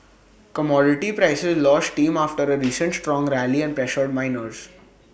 commodity prices lost steam after A recent strong rally and pressured miners